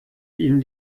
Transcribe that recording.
ihnen